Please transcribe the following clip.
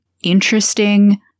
interesting